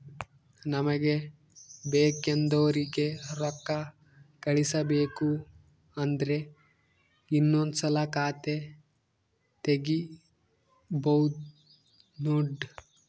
ನಮಗೆ ಬೇಕೆಂದೋರಿಗೆ ರೋಕ್ಕಾ ಕಳಿಸಬೇಕು ಅಂದ್ರೆ ಇನ್ನೊಂದ್ಸಲ ಖಾತೆ ತಿಗಿಬಹ್ದ್ನೋಡು